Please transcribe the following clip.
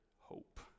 hope